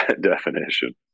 definition